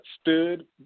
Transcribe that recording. stood